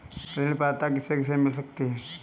ऋण पात्रता किसे किसे मिल सकती है?